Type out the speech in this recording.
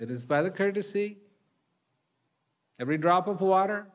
that is by the courtesy every drop of water